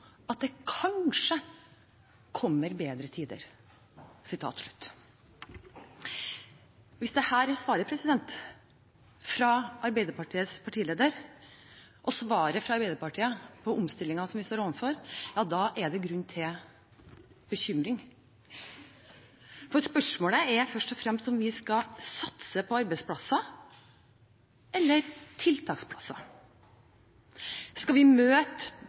at det kanskje kommer bedre tider? Hvis dette er svaret fra Arbeiderpartiets partileder – og svaret fra Arbeiderpartiet – på omstillingen som vi står overfor, er det grunn til bekymring, for spørsmålet er først og fremst om vi skal satse på arbeidsplasser eller tiltaksplasser. Skal vi møte